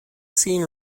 seen